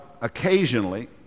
occasionally